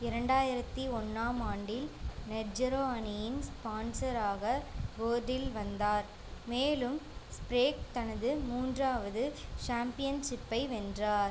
இரண்டாயிரத்து ஒன்றாம் ஆண்டில் நெட்ஜெரோ அணியின் ஸ்பான்சராக போர்டில் வந்தார் மேலும் ஸ்ப்ரேக் தனது மூன்றாவது சாம்பியன்ஷிப்பை வென்றார்